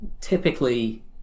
typically